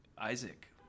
Isaac